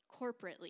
corporately